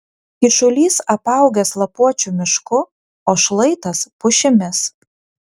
kyšulys apaugęs lapuočių mišku o šlaitas pušimis